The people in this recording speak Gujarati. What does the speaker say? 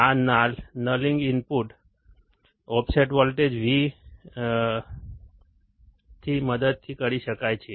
આ nulling input offset voltage VIO ની મદદથી કરી શકાય છે